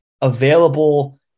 available